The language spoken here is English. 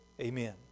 amen